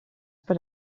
per